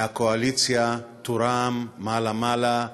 מהקואליציה, תורם מעלה מעלה,